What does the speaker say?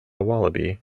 wallaby